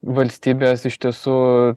valstybės iš tiesų